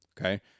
Okay